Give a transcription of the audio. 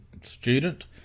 student